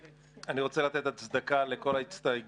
אני רוצה לתת הצדקה כללית לכל ההסתייגויות.